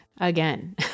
again